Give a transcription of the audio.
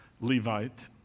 Levite